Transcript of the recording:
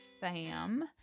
fam